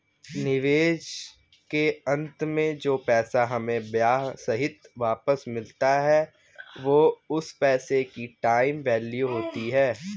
निवेश के अंत में जो पैसा हमें ब्याह सहित वापस मिलता है वो उस पैसे की टाइम वैल्यू होती है